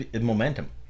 momentum